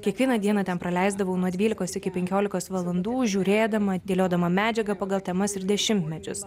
kiekvieną dieną ten praleisdavau nuo dvylikos iki penkiolikos valandų žiūrėdama dėliodama medžiagą pagal temas ir dešimtmečius